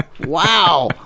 wow